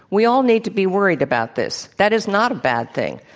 we all need to be worried about this. that is not a bad thing.